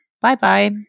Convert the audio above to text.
Bye-bye